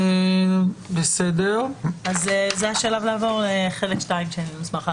זה השלב לעבור לחלק 2 של מסמך ההכנה.